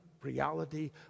Reality